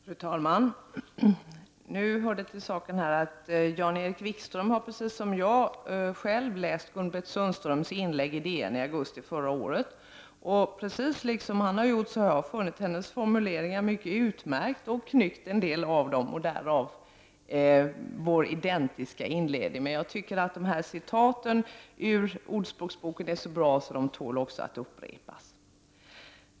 Fru talman! Det hör till saken att Jan-Erik Wikström liksom jag själv har läst Gun-Britt Sundströms inlägg i DN förra året. Precis som han har jag funnit hennes formuleringar utmärkta och knyckt en del av dem. Därför har vi identiskt lika inledningar i våra anföranden i dag. Citaten ur Ordspråksboken är så bra att de tål att upprepas.